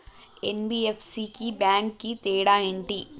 NBFC కి bank కి తేడా ఏంటి?